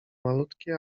malutkie